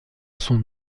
son